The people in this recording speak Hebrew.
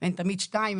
הן תמיד שתיים.